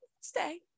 stay